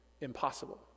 impossible